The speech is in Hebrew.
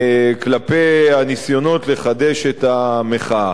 כלפי הניסיונות לחדש את המחאה.